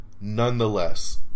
nonetheless